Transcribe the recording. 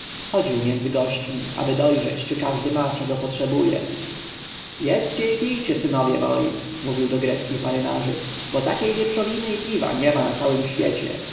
chodził między gośćmi aby dojrzeć czy każdy ma czego potrzebuje jedzcie i pijcie synowie moi mówił do greckich marynarzy bo takiej wieprzowiny i piwa niema na całym świecie